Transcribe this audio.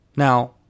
Now